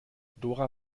dora